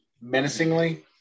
menacingly